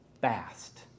fast